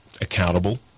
accountable